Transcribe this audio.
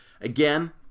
Again